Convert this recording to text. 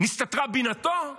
נסתתרה בינתו?